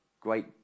great